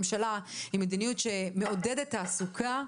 ממשלה צריכה להיות עם מדיניות שמעודדת תעסוקה,